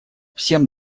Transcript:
всем